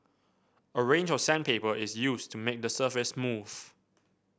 a range of sandpaper is used to make the surface smooth